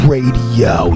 Radio